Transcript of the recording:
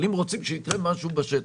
אבל אם רוצים שיקרה משהו בשטח,